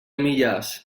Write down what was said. millars